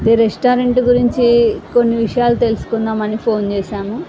the restaurant గురించి కొన్ని విషయాలు తెలుసుకుందామని ఫోన్ చేసాము